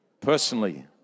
Personally